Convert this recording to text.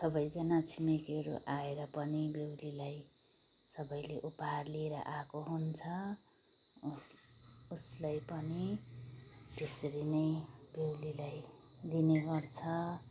सबैजाना छिमेकीहरू आएर पनि बेउलीलाई सबैले उपहार लिएर आएको हुन्छ उस उसलाई पनि त्यसरी नै बेहुलीलाई दिने गर्छ